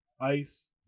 ice